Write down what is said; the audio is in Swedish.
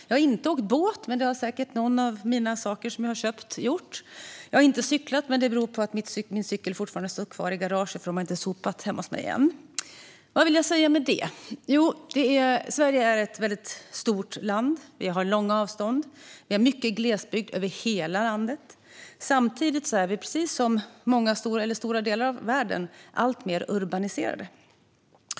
Jag har inte åkt båt, men det har säkert någon av de saker jag har köpt gjort. Jag har inte cyklat, men det beror på att min cykel fortfarande står i garaget eftersom de inte har sopat hemma hos mig än. Vad vill jag säga med detta? Jo, att Sverige är ett väldigt stort land. Vi har långa avstånd och mycket glesbygd över hela landet. Samtidigt är vi, precis som stora delar av världen, alltmer urbaniserade.